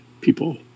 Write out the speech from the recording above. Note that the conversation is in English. people